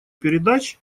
передач